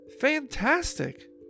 Fantastic